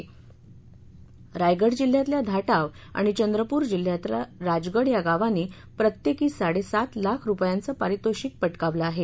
तर रायगड जिल्ह्यातल्या धाटाव आणि चंद्रपुर जिल्ह्यातल्या राजगड या गावांनी प्रत्येकी साडेसात लाख रुपयांचं पारितोषिक पटकावलं आहे